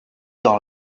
dans